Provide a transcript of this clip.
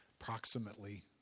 approximately